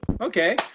okay